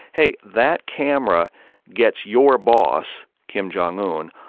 hey, that camera gets your boss, kim jong un,